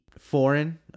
foreign